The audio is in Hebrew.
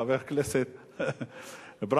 חבר הכנסת ברוורמן.